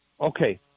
Okay